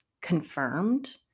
confirmed